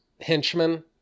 henchmen